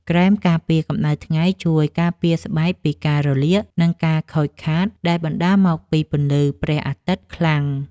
ក្រែមការពារកម្ដៅថ្ងៃជួយការពារស្បែកពីការរលាក និងការខូចខាតដែលបណ្ដាលមកពីពន្លឺព្រះអាទិត្យខ្លាំង។